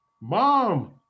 Mom